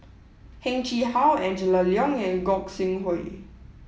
Heng Chee How Angela Liong and Gog Sing Hooi